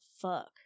fuck